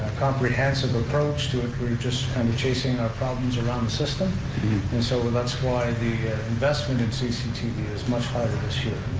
comprehensive approach to it, we're just kind of chasing our problems around the system, and so, that's why the investment in cctv is much higher this year.